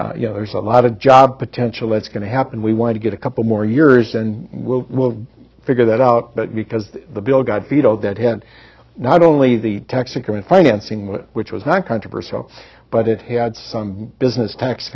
and you know there's a lot of job potential that's going to happen we want to get a couple more years and we'll figure that out but because the bill got vetoed that had not only the texican financing which was not controversial but it had some business tax